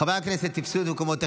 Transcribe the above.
חברי הכנסת, תפסו את מקומותיכם.